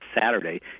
Saturday